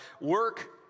Work